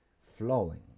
flowing